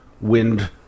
wind